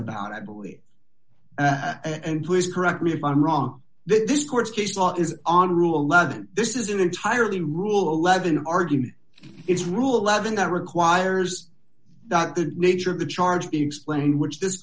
about i believe and was correct me if i'm wrong this court case law is on rule eleven this is an entirely ruhleben argument it's rule eleven that requires that the nature of the charge be explained which